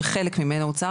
שחלק ממנו הוצג,